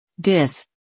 Dis